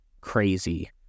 crazy